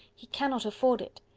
he cannot afford it.